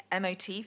MOT